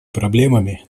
проблемами